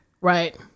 Right